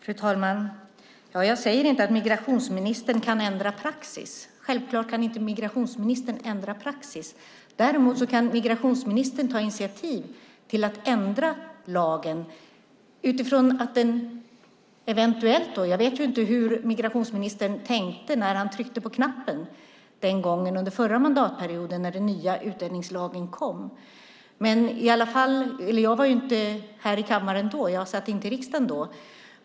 Fru talman! Jag säger inte att migrationsministern kan ändra praxis. Självklart kan migrationsministern inte ändra praxis. Däremot kan migrationsministern ta initiativ till att ändra lagen. Jag vet inte hur migrationsministern tänkte när han tryckte på knappen den gången, under förra mandatperioden, när den nya utlänningslagen kom. Jag var inte här i kammaren då. Jag satt inte i riksdagen då.